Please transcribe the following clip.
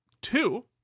two